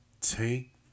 take